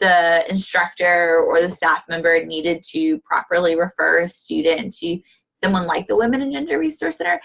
the instructor or the staff member needed to properly refer a student and to someone like the women and gender resource center,